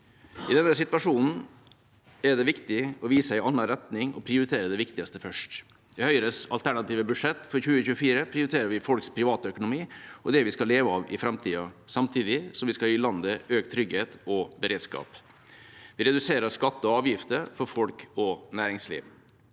I denne situasjonen er det viktig å vise en annen retning og prioritere det viktigste først. I Høyres alternative budsjett for 2024 prioriterer vi folks privatøkonomi og det vi skal leve av i framtida, samtidig som vi skal gi landet økt trygghet og beredskap. Vi reduserer skatter og avgifter for folk og næringsliv.